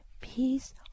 peace